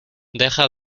deja